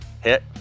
Hit